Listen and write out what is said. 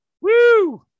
Woo